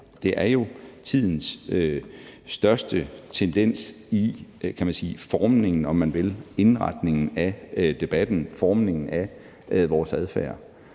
her, er tidens største tendens i formningen, om man vil, eller indretningen af debatten og formningen af vores adfærd.